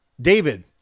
David